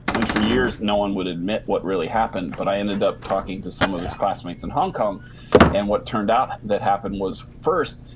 and for years, no one would admit what really happened, but i ended up talking to some of his classmates in hong kong and what turned out that happened was first,